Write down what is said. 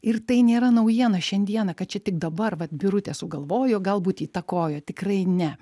ir tai nėra naujiena šiandiena kad čia tik dabar vat birutė sugalvojo galbūt įtakojo tikrai ne